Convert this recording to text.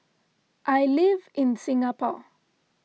I live in Singapore